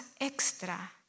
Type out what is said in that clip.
extra